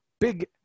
big